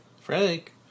Frank